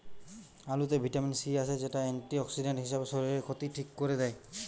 আলুতে vitamin C আছে, যেটা অ্যান্টিঅক্সিডেন্ট হিসাবে শরীরের ক্ষতি ঠিক কোরে দেয়